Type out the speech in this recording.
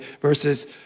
verses